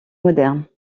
moderne